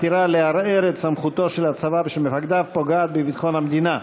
אשר מתירה לערער את סמכות הצבא ומפקדיו ופוגעת בביטחון המדינה,